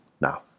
now